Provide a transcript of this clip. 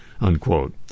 unquote